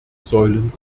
säulen